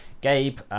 Gabe